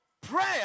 prayer